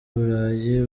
burayi